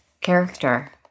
character